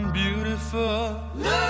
beautiful